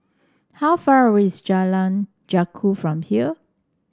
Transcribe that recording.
how far away is Jalan Janggus from here